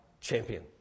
champion